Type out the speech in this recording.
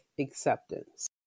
acceptance